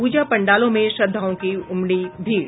पूजा पंडालों में श्रद्वालुओं की उमड़ी भीड़